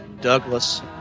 Douglas